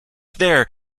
there